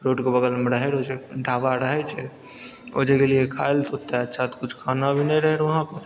रोडके बगलमे रहै ढाबा रहै छै ओहिजा गेलियै खाय लऽ तऽ ओतऽ अच्छा तऽ किछु खाना भी नै रहै वहाँ पर